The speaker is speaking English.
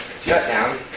shutdown